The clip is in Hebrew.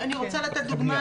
אני רוצה לתת דוגמה.